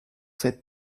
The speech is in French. cette